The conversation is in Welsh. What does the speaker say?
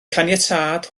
caniatâd